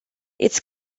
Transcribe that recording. its